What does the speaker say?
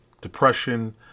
depression